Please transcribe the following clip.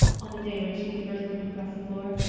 on the day when she could first limp across the floor.